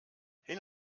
hin